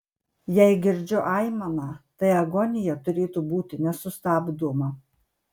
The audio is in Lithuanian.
jei girdžiu aimaną tai agonija turėtų būti nesustabdoma